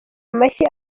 amashyi